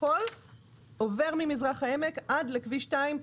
הכול עובר ממזרח העמק עד לכביש 2,